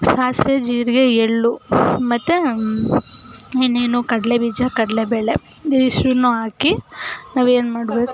ಸಾಸಿವೆ ಜೀರಿಗೆ ಎಳ್ಳು ಮತ್ತು ಇನ್ನೇನು ಕಡಲೆಬೀಜ ಕಡಲೆಬೇಳೆ ಇದಿಷ್ಟನ್ನೂ ಹಾಕಿ ನಾವೇನು ಮಾಡ್ಬೇಕು